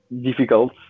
difficult